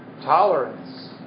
tolerance